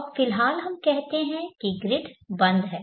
अब फिलहाल हम कहते हैं कि ग्रिड बंद है